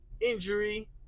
injury